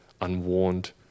unwarned